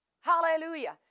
Hallelujah